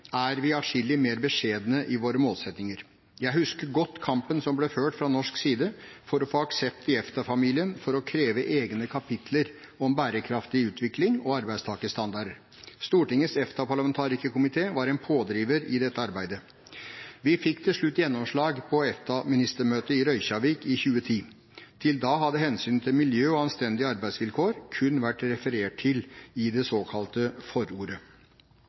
er vi adskillig mer beskjedne i våre målsettinger. Jeg husker godt kampen som ble ført, fra norsk side, for å få aksept i EFTA-familien for å kreve egne kapitler om bærekraftig utvikling og arbeidstakerstandarder. Stortingets EFTA-parlamentarikerkomité var en pådriver i dette arbeidet. Vi fikk til slutt gjennomslag på EFTA-ministermøtet i Reykjavik i 2010. Til da hadde hensynet til miljø og anstendige arbeidsvilkår kun vært referert til i det såkalte forordet.